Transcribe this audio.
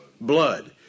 blood